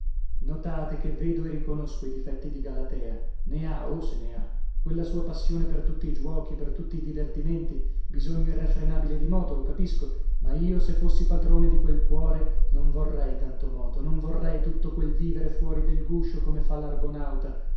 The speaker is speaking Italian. notate che vedo e riconosco i difetti di galatea ne ha oh se ne ha quella sua passione per tutti i giuochi per tutti i divertimenti bisogno irrefrenabile di moto lo capisco ma io se fossi padrone di quel cuore non vorrei tanto moto non vorrei tutto quel vivere fuori del guscio come fa l'argonauta